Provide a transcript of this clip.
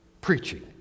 preaching